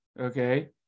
Okay